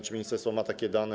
Czy ministerstwo ma takie dane?